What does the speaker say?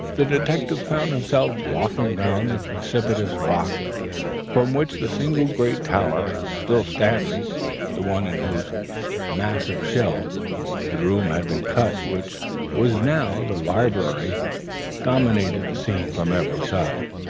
the detective found himself walking round the precipitous rock from which the single great tower still standing the one in whose massive shell the room had been cut which was now the library dominated the scene from every side.